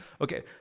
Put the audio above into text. Okay